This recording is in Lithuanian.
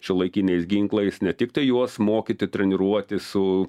šiuolaikiniais ginklais ne tiktai juos mokyti treniruotis su